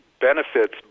benefits